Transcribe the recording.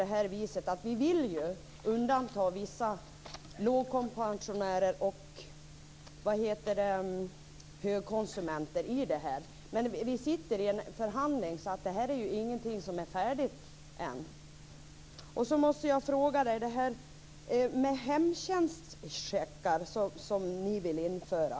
Det är ju faktiskt så att vi vill göra undantag för vissa pensionärer och högkonsumenter. Men det pågår ju förhandlingar, så det här är ingenting som är färdigt ännu. Jag vill också ställa en fråga om detta med hemtjänstcheckar, som ni vill införa.